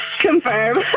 Confirm